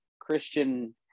Christian